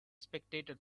spectator